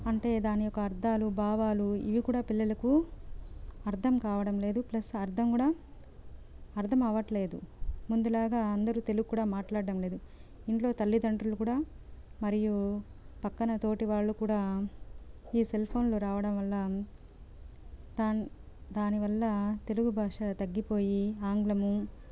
అంటే దాని యొక్క అర్ధాలు భావాలు ఇవి కూడా పిల్లలకు అర్ధం కావడంలేదు ప్లస్ అర్ధం కూడా అర్ధమవ్వట్లేదు ముందులాగా అందరూ తెలుగు కూడా మాట్లాడ్డం లేదు ఇంట్లో తల్లితండ్రులు కూడా మరియు పక్కన తోటి వాళ్ళు కూడా ఈ సెల్ ఫోన్లు రావడం వల్ల ద దాని వల్ల తెలుగు భాష తగ్గిపోయి ఆంగ్లము